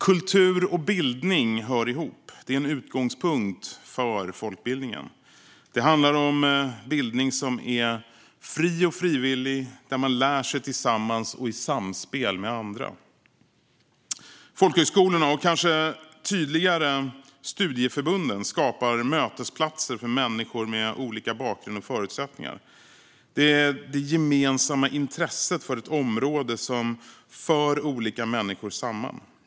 Kultur och bildning hör ihop. Det är en utgångspunkt för folkbildningen. Det handlar om bildning som är fri och frivillig, där man lär sig tillsammans och i samspel med andra. Folkhögskolorna, och kanske tydligare studieförbunden, skapar mötesplatser för människor med olika bakgrund och förutsättningar. Det är det gemensamma intresset för ett område som för olika människor samman.